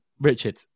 Richard